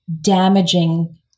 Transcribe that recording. damaging